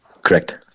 Correct